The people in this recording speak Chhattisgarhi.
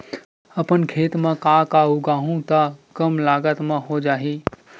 अपन खेत म का का उगांहु त कम लागत म हो जाही?